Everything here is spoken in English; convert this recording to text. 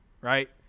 right